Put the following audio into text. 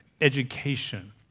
education